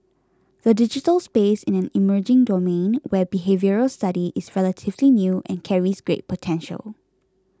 the digital space is an emerging domain where behavioural study is relatively new and carries great potential